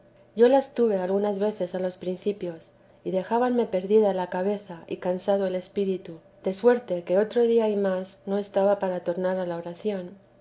yo las tuve algunas veces a los principios y dejábanme perdida la cabeza y cansado el espíritu de suerte que otro día y más no estaba para tornar a la oración